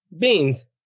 beans